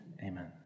Amen